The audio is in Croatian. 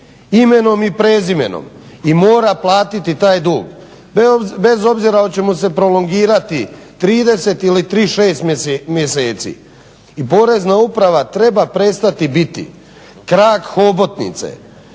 imenom i prezimenom i mora platiti taj dug bez obzira hoće mu se prolongirati 30 ili 36 mjeseci. I Porezna uprava treba prestati biti krak hobotnice